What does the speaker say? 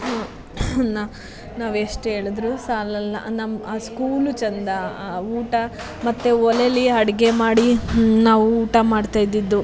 ನಾ ನಾವೆಷ್ಟು ಹೇಳಿದರೂ ಸಾಲೋಲ್ಲ ನಮ್ಮ ಆ ಸ್ಕೂಲು ಚಂದ ಆ ಊಟ ಮತ್ತು ಒಲೆಯಲ್ಲಿ ಅಡುಗೆ ಮಾಡಿ ನಾವು ಊಟ ಮಾಡ್ತಾ ಇದ್ದಿದ್ದು